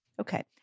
Okay